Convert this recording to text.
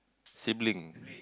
sibling